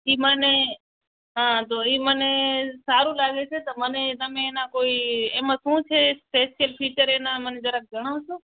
એ મને હા તો એ મને સારું લાગે છે તો મને એ મને તમે એનાં કોઈ એમાં શું છે સ્પેશિયલ ફીચર એનાં મને જરાક જણાવશો